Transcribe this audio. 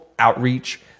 outreach